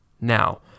Now